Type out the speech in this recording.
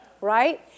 right